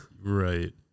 Right